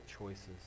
choices